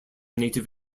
native